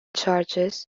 charges